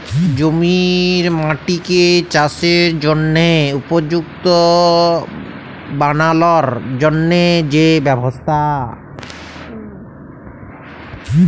জমির মাটিকে চাসের জনহে উপযুক্ত বানালর জন্হে যে ব্যবস্থা